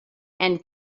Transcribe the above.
and